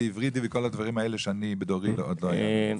היברידי וכל הדברים האלה שאני בדורי עוד לא ידעתי.